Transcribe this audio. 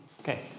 Okay